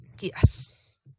yes